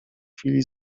chwili